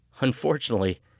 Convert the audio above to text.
Unfortunately